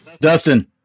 dustin